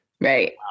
Right